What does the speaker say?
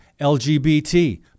LGBT